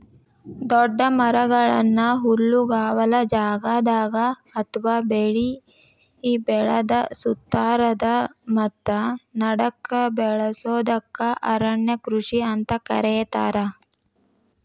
ದೊಡ್ಡ ಮರಗಳನ್ನ ಹುಲ್ಲುಗಾವಲ ಜಗದಾಗ ಅತ್ವಾ ಬೆಳಿ ಬೆಳದ ಸುತ್ತಾರದ ಮತ್ತ ನಡಕ್ಕ ಬೆಳಸೋದಕ್ಕ ಅರಣ್ಯ ಕೃಷಿ ಅಂತ ಕರೇತಾರ